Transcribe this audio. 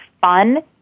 fun